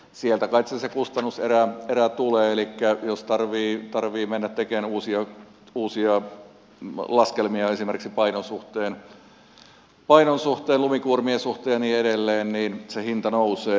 sieltä kait se kustannuserä tulee elikkä jos tarvitsee mennä tekemään uusia laskelmia esimerkiksi painon suhteen lumikuormien suhteen niin edelleen se hinta nousee